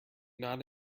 not